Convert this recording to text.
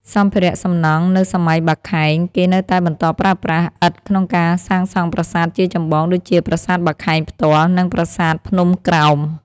សម្ភារៈសំណង់នៅសម័យបាខែង គេនៅតែបន្តប្រើប្រាស់ ឥដ្ឋ ក្នុងការសាងសង់ប្រាសាទជាចម្បង ដូចជាប្រាសាទបាខែងផ្ទាល់ និងប្រាសាទភ្នំក្រោម។